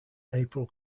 april